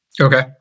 Okay